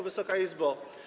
Wysoka Izbo!